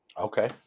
Okay